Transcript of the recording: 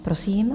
Prosím.